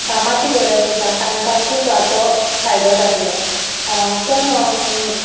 कामाची गरज आसा तांकां खूब हाचो फायदो जातलो कोण